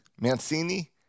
Mancini